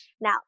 Now